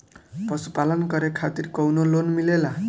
पशु पालन करे खातिर काउनो लोन मिलेला?